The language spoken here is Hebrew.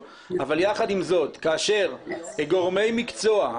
אבל יחד עם זאת כאשר גורמי מקצוע,